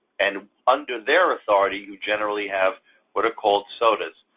and under their authority, you generally have what are called sotas,